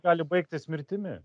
gali baigtis mirtimi